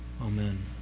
Amen